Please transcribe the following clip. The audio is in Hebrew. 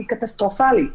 היא קטסטרופלית.